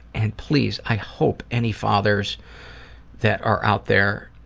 and please, i hope any fathers that are out there